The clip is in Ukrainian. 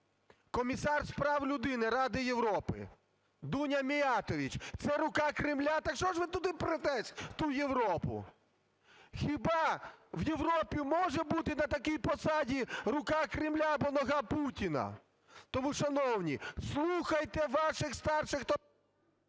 Комісар з прав людини Ради Європи Дуня Міятович – це "рука Кремля"? Так що ж ви туди претесь, в ту Європу? Хіба в Європі може бути на такій посаді "рука Кремля" або "нога Путіна". Тому, шановні, слухайте ваших старших…